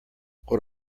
what